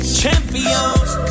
champions